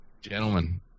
Gentlemen